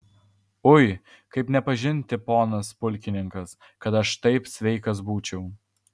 ui kaip nepažinti ponas pulkininkas kad aš taip sveikas būčiau